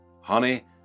Honey